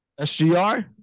SGR